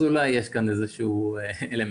אז אולי יש כאן איזשהו אלמנט.